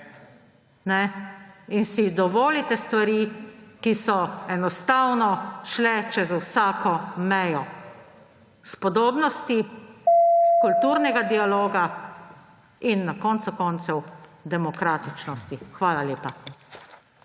in si dovolite stvari, ki so enostavno šle čez vsako mejo spodobnosti, kulturnega dialoga in na koncu koncev demokratičnosti. Hvala lepa.